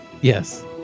Yes